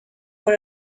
por